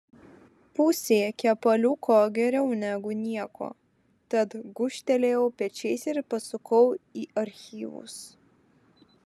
pusė kepaliuko geriau negu nieko tad gūžtelėjau pečiais ir pasukau į archyvus